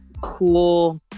cool